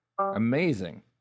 amazing